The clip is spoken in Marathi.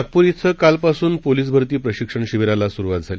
नागपूर श्वी कालपासून पोलीस भरती प्रशिक्षण शिबीराला सुरुवात झाली